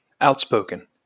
outspoken